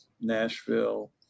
Nashville